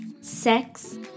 sex